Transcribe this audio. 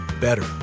better